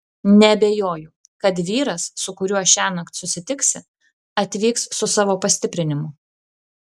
neabejoju kad vyras su kuriuo šiąnakt susitiksi atvyks su savo pastiprinimu